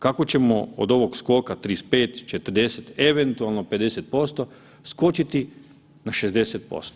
Kako ćemo od ovog skoka 35-40 eventualno 50% skočiti na 60%